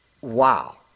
Wow